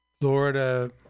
Florida